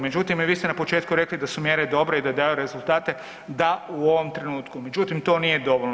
Međutim, i vi ste na početku rekli da su mjere dobre i da daju rezultate, da, u ovom trenutku, međutim, to nije dovoljno.